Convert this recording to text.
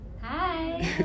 hi